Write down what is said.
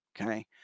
Okay